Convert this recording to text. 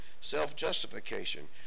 self-justification